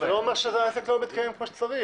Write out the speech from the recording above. זה לא אומר שהעסק לא מתקיים כמו שצריך.